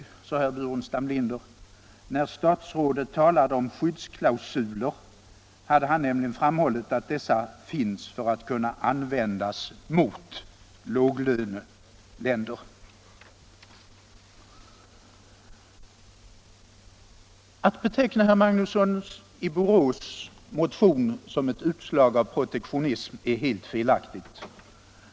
När statsrådet talade Näringspolitiken Näringspolitiken om skyddsklausuler hade han nämligen framhållit att dessa finns för att kunna användas mot lågprisländer, sade vidare herr Burenstam Linder. Att beteckna herr Magnussons i Borås motion som ett utslag av protektionism är helt felaktigt.